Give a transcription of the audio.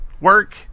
work